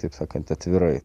kaip sakant atvirai